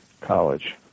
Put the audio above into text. college